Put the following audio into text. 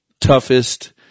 toughest